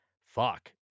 fuck